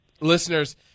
listeners